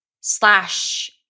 slash